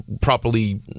properly